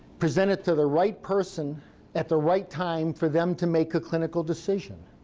present it to the right person at the right time for them to make a clinical decision.